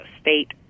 state